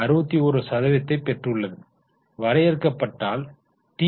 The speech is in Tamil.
61 சதவீதத்தை பெற்றுள்ளது வரையறுக்கப்பட்டால் டி